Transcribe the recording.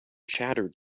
chattered